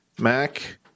Mac